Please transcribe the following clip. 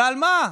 על מה?